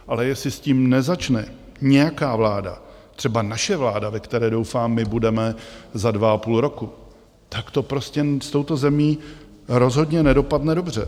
Ale jestli s tím nezačne nějaká vláda, třeba naše vláda, ve které doufám my budeme za 2,5 roku, tak to prostě s touto zemí rozhodně nedopadne dobře.